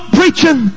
preaching